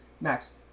Max